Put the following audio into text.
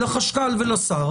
לחשכ"ל והשר,